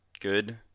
good